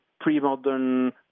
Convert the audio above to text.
pre-modern